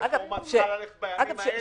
בימים האלה.